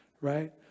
right